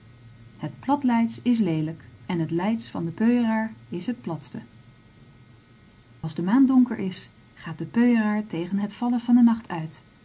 het plat leidsch is leelijk en het leidsch van den peuënaar is het platste als de maan donker is gaat de peuënaar tegen het vallen van den nacht uit